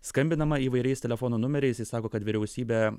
skambinama įvairiais telefono numeriais ir sako kad vyriausybė